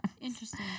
Interesting